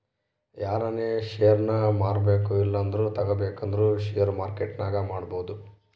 ಯಾರನ ಷೇರ್ನ ಮಾರ್ಬಕು ಇಲ್ಲಂದ್ರ ತಗಬೇಕಂದ್ರ ಷೇರು ಮಾರ್ಕೆಟ್ನಾಗ ಮಾಡ್ಬೋದು